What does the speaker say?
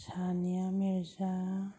Sania Mirza